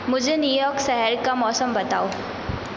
मुझे न्यूयॉर्क शहर का मौसम बताओ